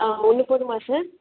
ஆ ஒன்று போதுமா சார்